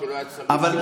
כשלא היה צריך --- נכון,